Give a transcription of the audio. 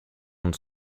und